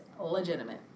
Legitimate